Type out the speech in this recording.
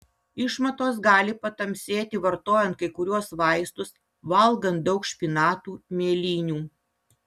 išmatos gali patamsėti vartojant kai kuriuos vaistus valgant daug špinatų mėlynių